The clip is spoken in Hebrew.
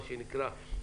מה שנקרא,